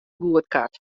goedkard